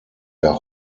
der